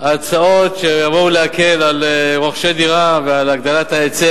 להעניק לרוכשי דירות באזורים אלה הנחה